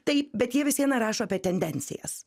taip bet jie vis viena rašo apie tendencijas